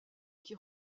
qui